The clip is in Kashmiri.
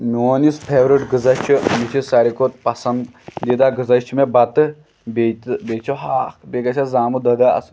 میون یُس فیورِٹ غزا چھُ مےٚ چھُ ساروی کھۄتہٕ پسنٛد دیدہ غزا چھُ مےٚ بَتہٕ بیٚیہِ تہٕ بییٚہِ چھُ ہاکھ بیٚیہِ گژھیس زامُت دۄدہ آسُن